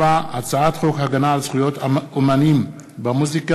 הצעת חוק הגנה על זכויות אמנים במוזיקה,